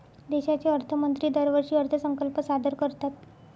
देशाचे अर्थमंत्री दरवर्षी अर्थसंकल्प सादर करतात